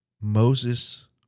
Moses